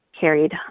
carried